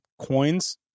coins